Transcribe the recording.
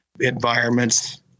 environments